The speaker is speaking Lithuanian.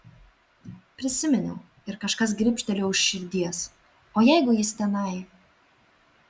prisiminiau ir kažkas gribštelėjo už širdies o jeigu jis tenai